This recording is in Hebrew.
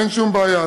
אין שום בעיה.